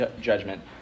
judgment